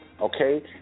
okay